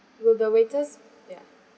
will the waiters ya